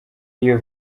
iyo